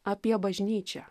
apie bažnyčią